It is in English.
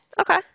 Okay